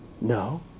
No